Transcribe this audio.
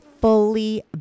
fully